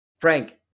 Frank